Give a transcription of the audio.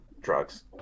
drugs